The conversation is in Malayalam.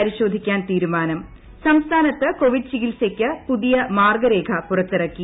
പരിശോധിക്കാൻ തീരുമാനം സംസ്ഥാനത്ത് കോവിഡ് ചികിത്സയ്ക്ക് പുതിയ മാർഗ്ഗരേഖ പുറത്തിറക്കി